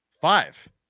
five